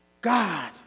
God